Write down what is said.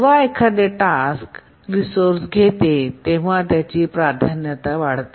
जेव्हा एखादे task resource घेते तेव्हा त्याची प्राधान्य वाढते